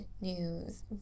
news